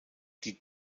die